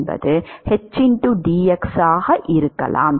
dx ஆக இருக்கலாம்